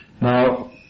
Now